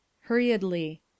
Hurriedly